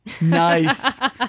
Nice